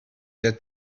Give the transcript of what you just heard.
der